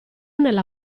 nella